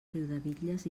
riudebitlles